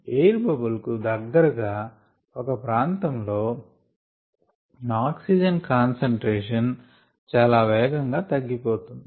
air bubble కు దగ్గరగా ఒక ప్రాంతం లో ఆక్సిజన్ కాన్సంట్రేషన్ చాలా వేగంగా తగ్గిపోతుంది